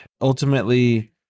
ultimately